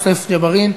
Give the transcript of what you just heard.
סלימאן.